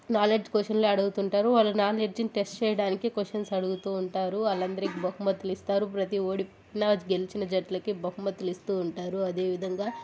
knowledge క్వశ్చన్లే అడుగుతుంటారు వాళ్ళ నాలెడ్జ్ని టెస్ట్ చేయడానికి క్వశ్చన్స్ అడుగుతూ ఉంటారు వాళ్లందరికి బహుమతులు ఇస్తారు ప్రతి ఓడిప్ నా గెలిచిన జట్లకి బహుమతులు ఇస్తూ ఉంటారు అదేవిధంగా